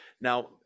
Now